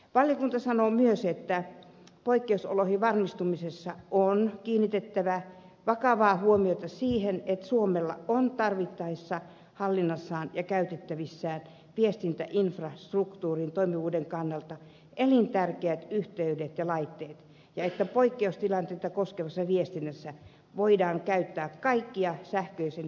valiokunta sanoo myös että poikkeusoloihin valmistumisessa on kiinnitettävä vakavaa huomiota siihen että suomella on tarvittaessa hallinnassaan ja käytettävissään viestintäinfrastruktuurin toimivuuden kannalta elintärkeät yhteydet ja laitteet ja että poikkeustilanteita koskevassa viestinnässä voidaan käyttää kaikkia sähköisen viestinnän muotoja